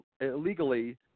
illegally